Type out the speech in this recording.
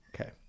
Okay